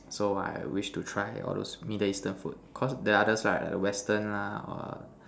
so I wish to try all those middle Eastern food cause the other side the Western lah or